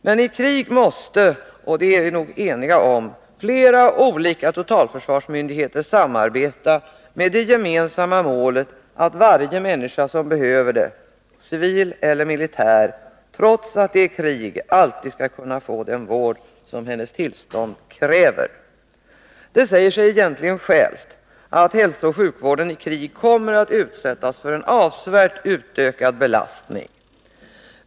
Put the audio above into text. Men i krig måste — det är vi nog eniga om — flera olika totalförsvarsmyndigheter samarbeta, med det gemensamma målet att varje människa, civil eller militär, som är i behov av vård alltid skall kunna få den vård som hennes tillstånd kräver trots att det är krig. Egentligen säger det sig självt att hälsooch sjukvården i krig kommer att utsättas för en avsevärt utökad belastning.